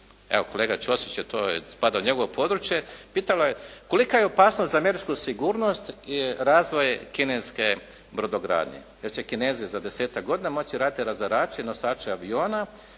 Evo kolega Ćosiću to je spada u njegovo područje. Pitalo je kolika je opasnost za američku sigurnost razvoj kineske brodogradnje, jer će Kinezi za desetak godina moći raditi razarače i nosače aviona